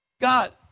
God